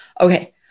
Okay